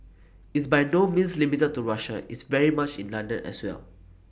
it's by no means limited to Russia it's very much in London as well